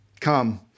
Come